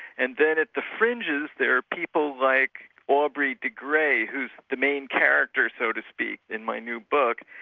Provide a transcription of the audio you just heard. and then at the fringes there are people like aubrey de grey who's the main character, so to speak, in my new book,